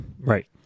right